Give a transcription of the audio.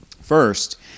First